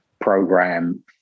program